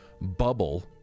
bubble